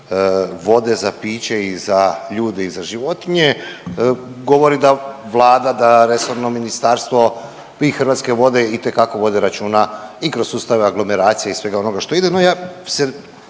vode za piće i za ljude i za životinje govori da Vlada, da resorno ministarstvo i Hrvatske vode itekako vode računa i kroz sustave aglomeracije i svega onoga što ide.